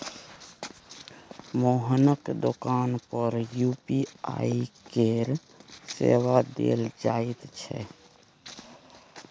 मोहनक दोकान पर यू.पी.आई केर सेवा देल जाइत छै